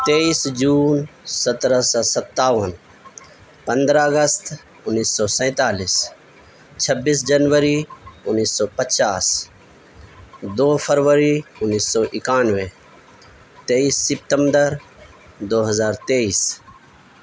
تیئیس جون سترہ سو ستاون پندرہ اگست انیس سو سینتالیس چھبیس جنوری انیس سو پچاس دو فروری انیس سو اکیانوے تیئیس سپتمبر دو ہزار تیئیس